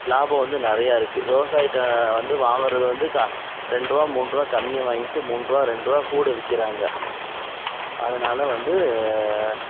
லாபம் வந்து நிறையா இருக்குது விவசாயிகிட்ட வந்து வாங்குகிறது வந்து கா ரெண்டு ரூபா மூன்றுபா கம்மியாக வாங்கிட்டு மூன்றுபா ரெண்டு ரூபா கூட விற்கிறாங்க அதனால வந்து